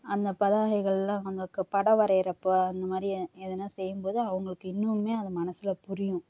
அந்த பதாகைகள் எல்லாம் பட வரையிறப்போ அந்தமாதிரி எதனா செய்யும்போது அவங்களுக்கு இன்னுமே அது மனசில் புரியும்